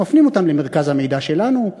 אנחנו מפנים אותם למרכז המידע שלנו,